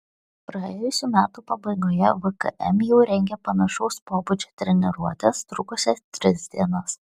praėjusių metų pabaigoje vkm jau rengė panašaus pobūdžio treniruotes trukusias tris dienas